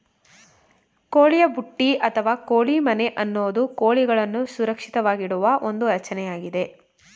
ಕೋಳಿಯ ಬುಟ್ಟಿ ಅಥವಾ ಕೋಳಿ ಮನೆ ಅನ್ನೋದು ಕೋಳಿಗಳನ್ನು ಸುರಕ್ಷಿತವಾಗಿಡುವ ಒಂದು ರಚನೆಯಾಗಿದೆ